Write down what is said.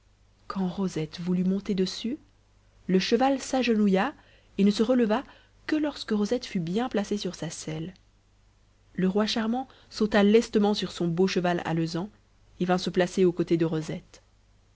quand rosette voulut monter dessus le cheval s'agenouilla et ne se releva que lorsque rosette fut bien placée sur sa selle le roi charmant sauta lestement sur son beau cheval alezan et vint se placer aux côtés de rosette